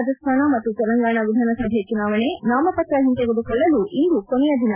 ರಾಜಸ್ಡಾನ ಮತ್ತು ತೆಲಂಗಾಣ ವಿಧಾನಸಭೆ ಚುನಾವಣೆ ನಾಮಪತ್ರ ಹಿಂತೆಗೆದುಕೊಳ್ಳಲು ಇಂದು ಕೊನೆಯ ದಿನ